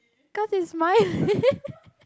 cause is smiling